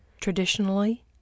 Traditionally